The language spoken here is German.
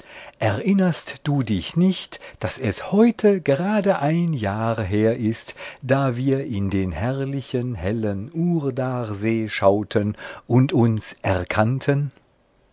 erinnerst du dich nicht daß es heute gerade ein jahr her ist da wir in den herrlichen hellen urdarsee schauten und uns erkannten